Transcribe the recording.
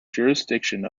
jurisdiction